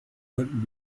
könnten